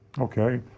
Okay